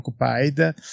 occupied